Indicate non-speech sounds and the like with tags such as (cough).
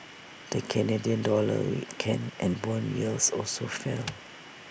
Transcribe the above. the Canadian dollar weakened and Bond yields also fell (noise)